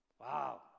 Wow